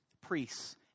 priests